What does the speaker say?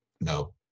no